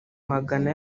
magana